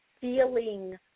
feeling